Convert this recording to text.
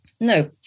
no